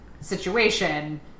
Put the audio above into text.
situation